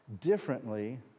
differently